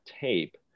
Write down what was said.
tape